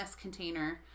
container